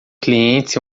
clientes